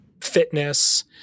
fitness